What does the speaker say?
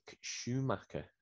Schumacher